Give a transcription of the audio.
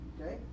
Okay